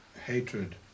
Hatred